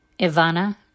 Ivana